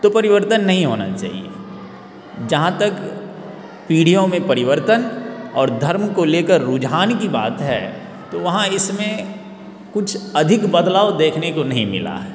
तो परिवर्तन नहीं होना चाहिए जहाँ तक पीढ़ियों में परिवर्तन और धर्म को ले कर रुझान की बात है तो वहाँ इसमें कुछ अधिक बदलाव देखने को नहीं मिला है